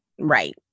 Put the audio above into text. right